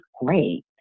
great